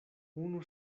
unu